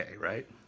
right